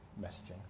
messaging